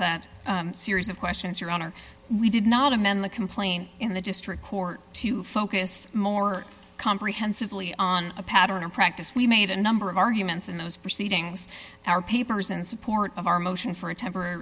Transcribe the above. that series of questions your honor we did not amend the complaint in the district court to focus more comprehensively on a pattern or practice we made a number of arguments in those proceedings our papers in support of our motion for a temporary